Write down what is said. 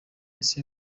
ese